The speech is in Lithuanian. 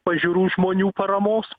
pažiūrų žmonių paramos